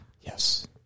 Yes